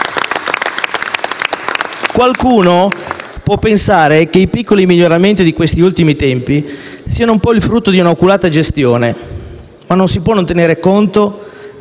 Qualcuno può pensare che i piccoli miglioramenti di questi ultimi tempi siano il frutto di un'oculata gestione, ma non si può non tenere conto